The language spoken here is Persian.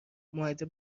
مائده